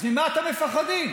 אז ממה אתם מפחדים?